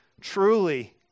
truly